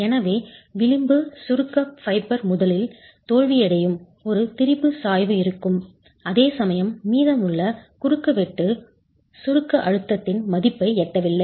எனவே விளிம்பு சுருக்க ஃபைபர் முதலில் தோல்வியடையும் ஒரு திரிபு சாய்வு இருக்கும் அதேசமயம் மீதமுள்ள குறுக்குவெட்டு சுருக்க அழுத்தத்தின் மதிப்பை எட்டவில்லை